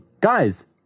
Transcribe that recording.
guys